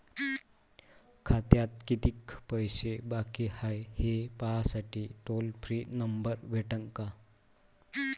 खात्यात कितीकं पैसे बाकी हाय, हे पाहासाठी टोल फ्री नंबर भेटन का?